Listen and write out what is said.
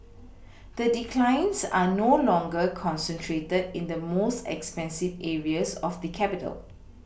the declines are no longer concentrated in the most expensive areas of the capital